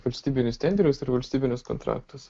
valstybinius tenderius ir valstybinius kontraktus